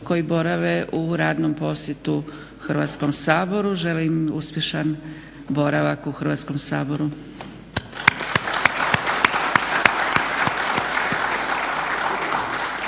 koji borave u radnom posjetu Hrvatskom saboru. Želim im uspješan boravak u Hrvatskom saboru.